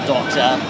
Doctor